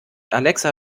alexa